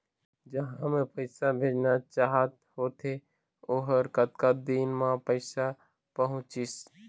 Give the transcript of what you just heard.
जहां मैं पैसा भेजना चाहत होथे ओहर कतका दिन मा पैसा पहुंचिस?